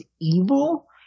evil